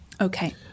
Okay